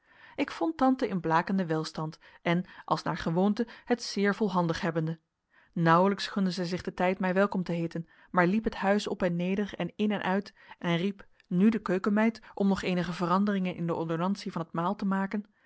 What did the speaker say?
ik vond tante in blakenden welstand en als naar gewoonte het zeer volhandig hebbende nauwelijks gunde zij zich den tijd mij welkom te heeten maar liep het huis op en neder en in en uit en riep nu de keukenmeid om nog eenige veranderingen in de ordonnantie van het maal te maken